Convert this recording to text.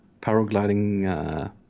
Paragliding